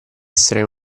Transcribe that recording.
essere